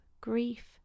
grief